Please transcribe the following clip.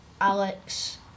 Alex